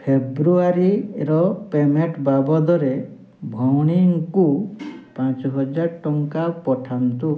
ଫେବୃଆରୀର payment ବାବଦରେ ଭଉଣୀଙ୍କୁ ପାଞ୍ଚ ହଜାର ଟଙ୍କା ପଠାନ୍ତୁ